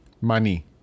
Money